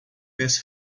pés